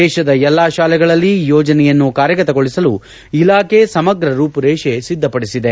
ದೇಶದ ಎಲ್ಲಾ ಶಾಲೆಗಳಲ್ಲಿ ಈ ಯೋಜನೆಯನ್ನು ಕಾರ್ಯಗತಗೊಳಿಸಲು ಇಲಾಖೆ ಸಮಗ್ರ ರೂಪುರೇಷೆ ಸಿದ್ದಪಡಿಸಿದೆ